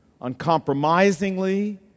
uncompromisingly